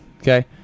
okay